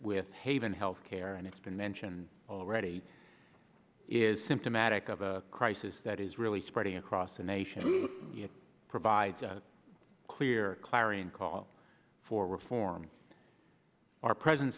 with haven health care and it's been mentioned already is symptomatic of a crisis that is really spreading across the nation provides a clear clarion call for reform our presen